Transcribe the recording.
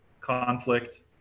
conflict